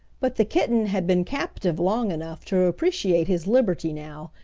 but the kitten had been captive long enough to appreciate his liberty now,